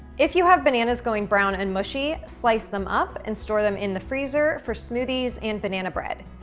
if you have bananas going brown and mushy, slice them up, and store them in the freezer for smoothies and banana bread.